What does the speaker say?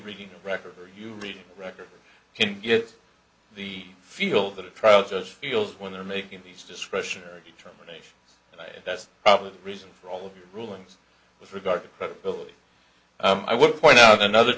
reading the record or you read the record can get the feel that a trial just feels when they're making these discretionary determination that's probably the reason for all of the rulings with regard to credibility i would point out another